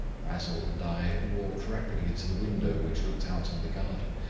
basil and i walked rapidly to the window which looked out on the garden.